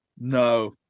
No